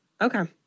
Okay